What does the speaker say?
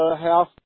half